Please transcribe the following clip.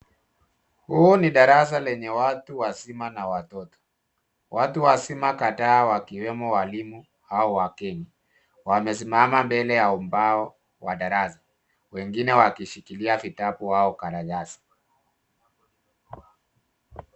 Huu ni darasa lenye watu wazima na watoto. Watu wazima kadhaa wakiwemo walimu au wageni wamesimama mbele ya ubao wa darasa , wengine wakishikilia vitabu au karatasi.